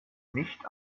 nicht